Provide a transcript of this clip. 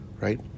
right